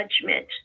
judgment